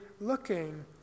looking